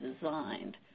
designed